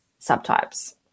subtypes